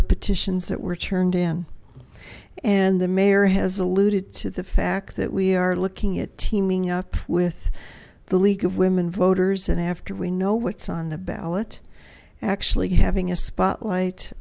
of petitions that were turned in and the mayor has alluded to the fact that we are looking at teaming up with the league of women voters and after we know what's on the ballot actually having a spotlight